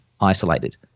isolated